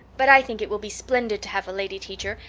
but i think it will be splendid to have a lady teacher,